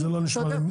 לא, זה לא נשמע לי.